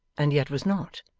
and yet was not.